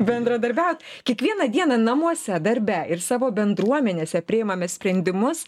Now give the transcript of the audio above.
bendradarbiaujat kiekvieną dieną namuose darbe ir savo bendruomenėse priimame sprendimus